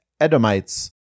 Edomites